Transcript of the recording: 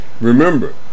Remember